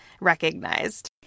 recognized